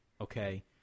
Okay